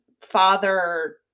father